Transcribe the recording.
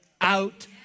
out